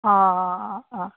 অঁ অঁ অঁ অঁ